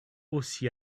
aussi